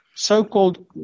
So-called